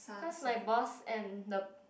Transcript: cause my boss and the